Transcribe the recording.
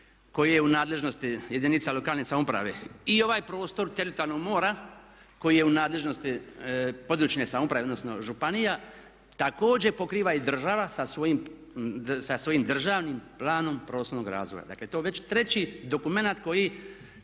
koje je u nadležnosti jedinica lokalne samouprave i ovaj prostor teritorijalnog mora koji je u nadležnosti područne samouprave, odnosno županija također pokriva i država sa svojim državnim planom prostornog razvoja. Dakle to je već treći dokumenat koji,